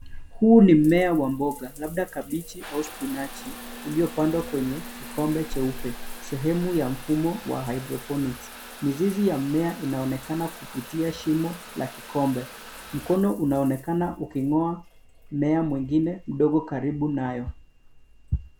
Huu ni mmea wa mboga labda kabichi au spinachi uliopandwa kwenye kikombe cheupe sehemu ya mfumo wa hydroponics . Mizizi ya mimea inaonekana kupitia shimo la kikombe. Mkono unaonekana uking'oa mmea mwingine mdogo karibu nayo.